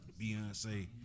Beyonce